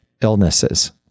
illnesses